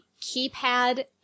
keypad